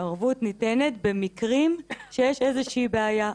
הערבות ניתנת במקרים שיש איזושהי בעיה,